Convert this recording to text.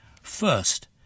First